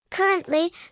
Currently